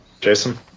Jason